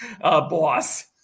boss